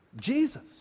Jesus